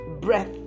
breath